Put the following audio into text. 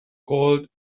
called